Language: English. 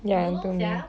I don't know sia